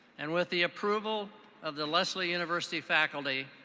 and with the approval of the lesley university faculty,